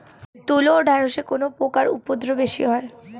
তুলো ও ঢেঁড়সে কোন পোকার উপদ্রব বেশি হয়?